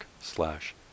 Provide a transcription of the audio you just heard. slash